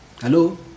Hello